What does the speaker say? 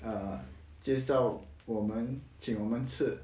err 介绍我们请我们吃